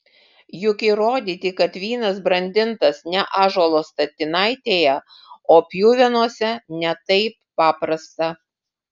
juk įrodyti kad vynas brandintas ne ąžuolo statinaitėje o pjuvenose ne taip paprasta